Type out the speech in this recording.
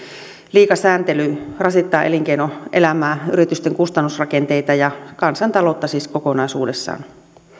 liika sääntely rasittaa elinkeinoelämää yritysten kustannusrakenteita ja kansantaloutta siis kokonaisuudessaan